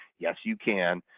yes you can